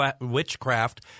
witchcraft